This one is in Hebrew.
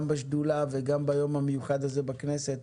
גם בשדולה וגם ביום המיוחד הזה בכנסת.